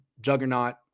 juggernaut